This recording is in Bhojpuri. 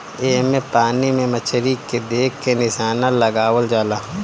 एमे पानी में मछरी के देख के निशाना लगावल जाला